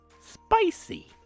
spicy